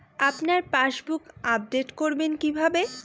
আপনার passbook update করবেন কিভাবে?